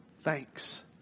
thanks